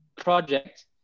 project